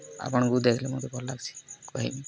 ଆପଣଙ୍କୁ ଦେଖିଲେ ମତେ ଭଲ୍ ଲାଗ୍ସି କହେମି